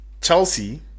Chelsea